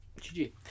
GG